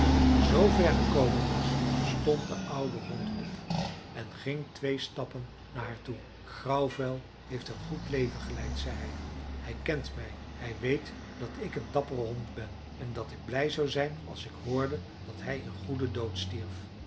zoover gekomen was stond de oude hond op en ging twee stappen naar haar toe grauwvel heeft een goed leven geleid zei hij hij kent mij hij weet dat ik een dappere hond ben en dat ik blij zou zijn als ik hoorde dat hij een goeden dood stierf